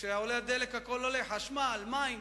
כשעולה הדלק, הכול עולה, חשמל, מים.